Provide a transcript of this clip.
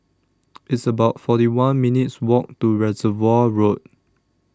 It's about forty one minutes' Walk to Reservoir Road